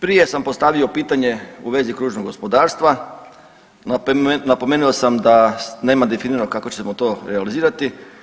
Prije sam postavio pitanje u vezi kružnog gospodarstva, napomenuo sam da nema definirano kako ćemo to realizirati.